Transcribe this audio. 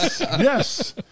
Yes